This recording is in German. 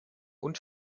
und